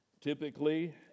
Typically